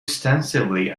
extensively